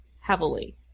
heavily